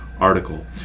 article